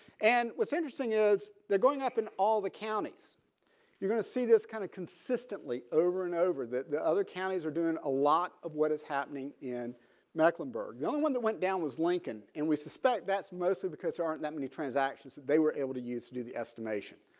and what's interesting is they're going up in all the counties you're going to see this kind of consistently over and over the other counties are doing a lot of what is happening in mecklenburg and one that went down was lincoln and we suspect that's mostly because there aren't that many transactions that they were able to use to do the estimation